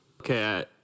Okay